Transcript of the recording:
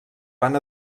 van